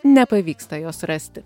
nepavyksta jos rasti